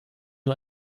nur